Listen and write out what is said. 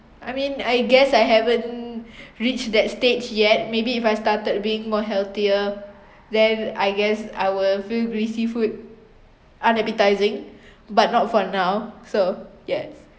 I mean I guess I haven't reached that stage yet maybe if I started being more healthier then I guess I will feel greasy food unappetising but not for now so yea